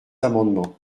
amendements